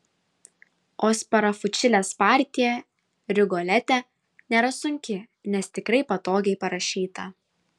o sparafučilės partija rigolete nėra sunki nes tikrai patogiai parašyta